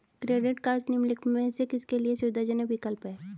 Credit cards निम्नलिखित में से किसके लिए सुविधाजनक विकल्प हैं?